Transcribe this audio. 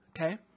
Okay